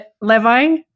Levi